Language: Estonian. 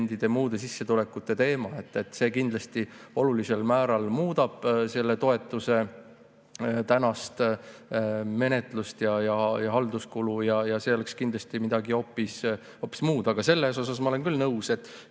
muude sissetulekute teema. See kindlasti olulisel määral muudab selle toetuse menetlust ja halduskulu. Ja see oleks kindlasti midagi hoopis muud. Aga selles osas ma olen küll nõus, et